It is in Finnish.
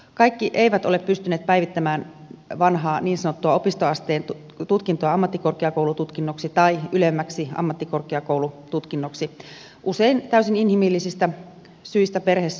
kaikki eivät ole pystyneet päivittämään vanhaa niin sanottua opistoasteen tutkintoa ammattikorkeakoulututkinnoksi tai ylemmäksi ammattikorkeakoulututkinnoksi usein täysin inhimillisistä syistä perhesyistä